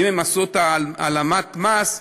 אם הם עשו את העלמת המס,